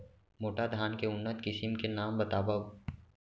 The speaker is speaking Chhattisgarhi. मोटा धान के उन्नत किसिम के नाम बतावव?